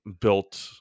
built